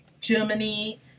Germany